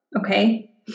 Okay